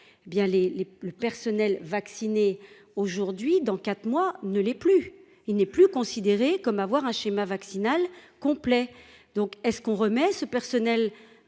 les, le personnel. Aujourd'hui dans quatre mois ne l'est plus, il n'est plus considéré comme avoir un schéma vaccinal complet donc, est-ce qu'on remet ce personnel en